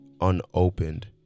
unopened